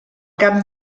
cap